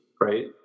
right